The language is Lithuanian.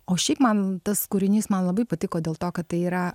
o šiaip man tas kūrinys man labai patiko dėl to kad tai yra